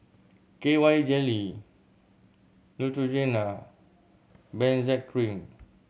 K Y Jelly Neutrogena Benzac Cream